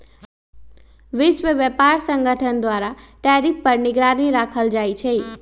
विश्व व्यापार संगठन द्वारा टैरिफ पर निगरानी राखल जाइ छै